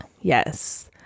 Yes